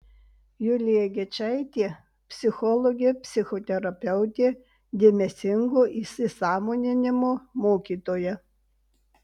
julija gečaitė psichologė psichoterapeutė dėmesingo įsisąmoninimo mokytoja